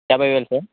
యాభై వేలు సార్